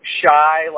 shy